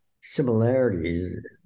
similarities